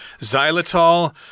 xylitol